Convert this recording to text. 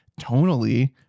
tonally